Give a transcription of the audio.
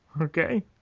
Okay